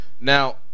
now